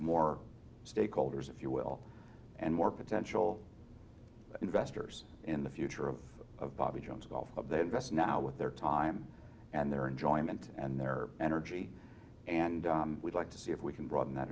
more stakeholders if you will and more potential investors in the future of bobby jones golf club they invest now with their time and their enjoyment and their energy and we'd like to see if we can broaden that